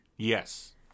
Yes